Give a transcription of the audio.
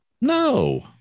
No